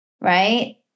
right